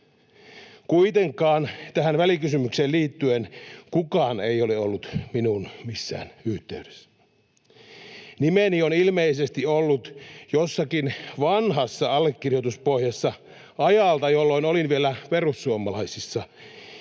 Kuitenkaan tähän välikysymykseen liittyen kukaan ei ole ollut minuun missään yhteydessä. Nimeni on ilmeisesti ollut jossakin vanhassa allekirjoituspohjassa ajalta, jolloin olin vielä perussuomalaisissa,